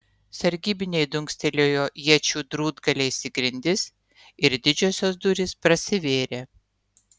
sargybiniai dunkstelėjo iečių drūtgaliais į grindis ir didžiosios durys prasivėrė